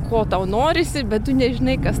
ko tau norisi bet tu nežinai kas